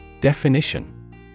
Definition